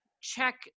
Check